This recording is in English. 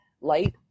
light